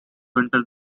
winter